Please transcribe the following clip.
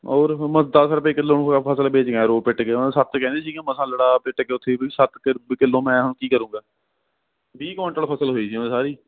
ਹੋਰ ਫਿਰ ਮੈਂ ਦਸ ਰੁਪਏ ਕਿੱਲੋ ਨੂੰ ਫਸਲ ਵੇਚ ਕੇ ਆਇਆ ਰੋ ਪਿੱਟ ਕੇ ਉਹ ਤਾਂ ਸੱਤ ਕਹਿੰਦੇ ਸੀਗੇ ਮੈਂ ਕਿਹਾ ਲੜਾ ਪਿੱਟ ਕੇ ਉਥੀ ਸੱਤ ਕ ਰੁਪਏ ਕਿੱਲੋ ਮੈਂ ਹੁਣ ਕੀ ਕਰੂਗਾਂ ਵੀਹ ਕੁਇੰਟਲ ਫਸਲ ਹੋਈ ਸੀ ਜਮਾਂ ਸਾਰੀ